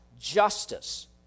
justice